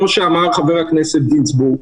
כמו שאמר חבר הכנסת גינזבורג,